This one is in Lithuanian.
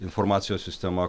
informacijos sistema